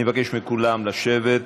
אני מבקש מכולם לשבת.